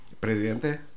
Presidente